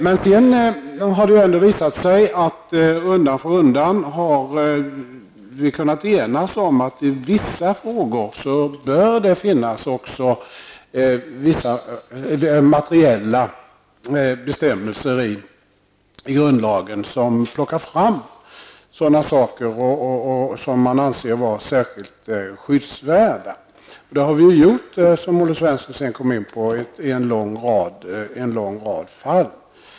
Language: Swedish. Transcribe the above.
Men det har sedan ändå visat sig att vi undan för undan har kunnat enas om att det i vissa frågor bör finnas materiella bestämmelser i grundlagen som för fram sådana saker som man anser vara särskilt skyddsvärda. Detta har vi gjort, som Olle Svensson kom in på, i en lång rad fall.